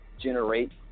generate